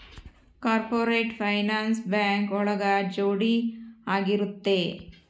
corporate finance bank ಒಳಗ ಜೋಡಿ ಆಗಿರುತ್ತೆ